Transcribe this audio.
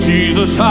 Jesus